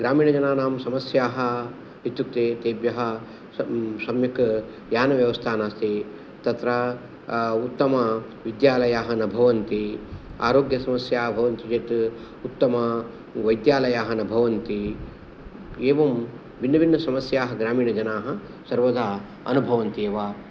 ग्रामीणजनानां समस्याः इत्युक्ते तेभ्यः सम् सम्यक् यानव्यवस्था नास्ति तत्र उत्तमविद्यालयाः न भवन्ति आरोग्यसमस्याः भवन्ति चेत् उत्तमविद्यालयाः न भवन्ति एवं भिन्नभिन्नसमस्याः ग्रामीणजनाः सर्वदा अनुभवन्त्येव